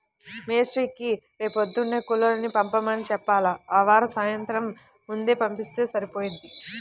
మేస్త్రీకి రేపొద్దున్నే కూలోళ్ళని పంపమని చెప్పాల, ఆవార సాయంత్రం ముందే పంపిత్తే సరిపోయిద్ది